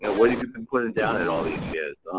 ah what have you been putting down it all these years?